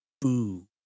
Boo